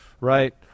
Right